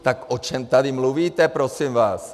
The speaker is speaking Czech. Tak o čem tady mluvíte, prosím vás?